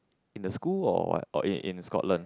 in the school or what or in in Scotland